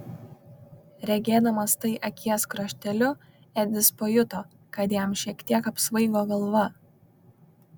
regėdamas tai akies krašteliu edis pajuto kad jam šiek tiek apsvaigo galva